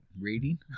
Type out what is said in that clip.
Rating